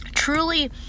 truly